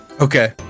Okay